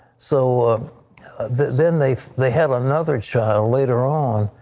so then they they have another child later on.